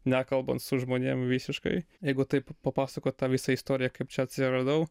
nekalbant su žmonėm visiškai jeigu taip papasakot tą visą istoriją kaip čia atsiradau